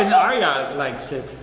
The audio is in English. and aria likes it.